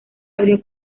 abrió